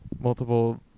multiple